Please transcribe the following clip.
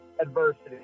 Adversity